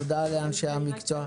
תודה לאנשי המקצוע.